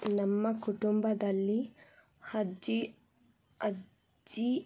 ನಮ್ಮ ಕುಟುಂಬದಲ್ಲಿ ಅಜ್ಜಿ ಅಜ್ಜಿ